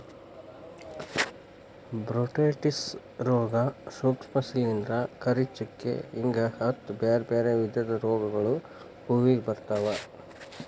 botrytis ರೋಗ, ಸೂಕ್ಷ್ಮ ಶಿಲಿಂದ್ರ, ಕರಿಚುಕ್ಕಿ ಹಿಂಗ ಹತ್ತ್ ಬ್ಯಾರ್ಬ್ಯಾರೇ ವಿಧದ ರೋಗಗಳು ಹೂವಿಗೆ ಬರ್ತಾವ